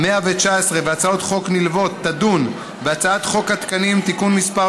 119) והצעות חוק נלוות תדון בהצעת חוק התקנים (תיקון מס'